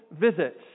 visits